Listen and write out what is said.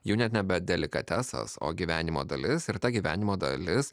jau net nebe delikatesas o gyvenimo dalis ir ta gyvenimo dalis